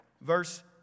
Verse